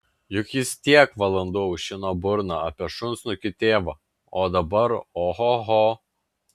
juk jis tiek valandų aušino burną apie šunsnukį tėvą o dabar ohoho